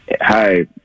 Hi